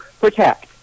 protect